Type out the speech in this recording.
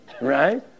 right